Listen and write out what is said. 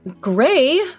Gray